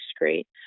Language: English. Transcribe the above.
great